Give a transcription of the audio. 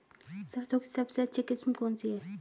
सरसों की सबसे अच्छी किस्म कौन सी है?